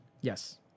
Yes